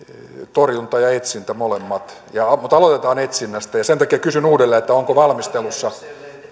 torjunta ja etsintä molemmat mutta aloitetaan etsinnästä ja sen takia kysyn uudelleen onko valmistelussa